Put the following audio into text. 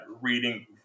reading